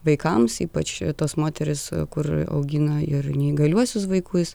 vaikams ypač tos moterys kur augina ir neįgaliuosius vaikus